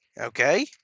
okay